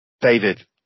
David